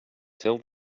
tell